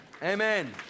Amen